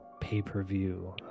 pay-per-view